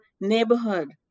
neighborhood